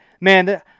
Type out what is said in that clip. man